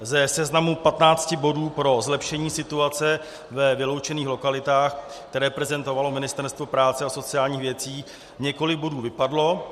Ze seznamu 15 bodů pro zlepšení situace ve vyloučených lokalitách, které prezentovalo Ministerstvo práce a sociálních věcí, několik bodů vypadlo.